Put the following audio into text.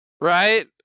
Right